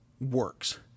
works